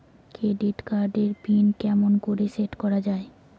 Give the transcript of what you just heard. Credit card এর pin কেমন করি সেট করা য়ায়?